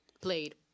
played